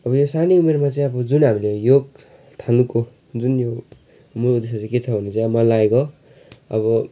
अब यो सानै उमेरमा चाहिँ अब जुन हामीले योग थाल्नुको जुन यो मूल उद्देश्य चाहिँ के छ भने चाहिँ अब मलाई लागेको अब